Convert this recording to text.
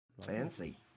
Fancy